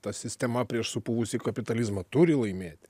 ta sistema prieš supuvusį kapitalizmą turi laimėt